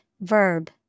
verb